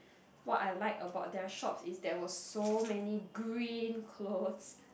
what I like about their shops is there were so many green clothes